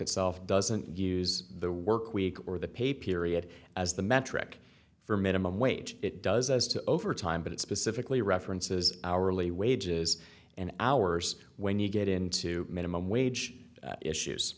itself doesn't use the work week or the pay period as the metric for minimum wage it does as to overtime but it specifically references hourly wages and hours when you get into minimum wage issues